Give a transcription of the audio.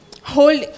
hold